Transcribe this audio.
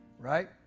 Right